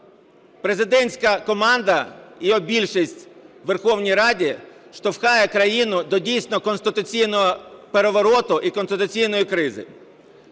президентська команда, його більшість в Верховній Раді штовхає країну до дійсно конституційного перевороту і конституційної кризи.